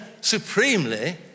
supremely